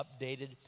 updated